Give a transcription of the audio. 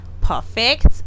perfect